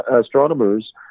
astronomers